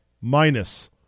minus